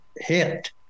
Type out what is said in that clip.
hit